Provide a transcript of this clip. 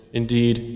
indeed